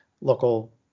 local